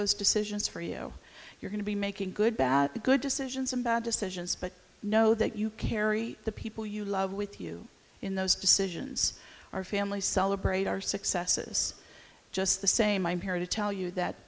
those decisions for you you're going to be making good bad or good decisions and bad decisions but know that you carry the people you love with you in those decisions our families celebrate our successes just the same i'm here to tell you that